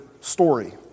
story